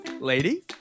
lady